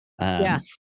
Yes